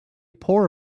poor